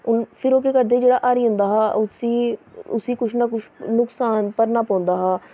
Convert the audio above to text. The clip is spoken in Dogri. फिर ओह् केह् करदे जेह्ड़ा हारी जंदा हा उस्सी उस्सी कुछ ना कुछ नुक्सान भरना पौंदा हा